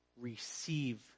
receive